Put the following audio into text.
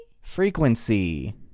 frequency